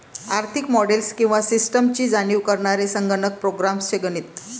आर्थिक मॉडेल्स किंवा सिस्टम्सची जाणीव करणारे संगणक प्रोग्राम्स चे गणित